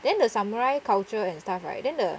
then the samurai culture and stuff right then the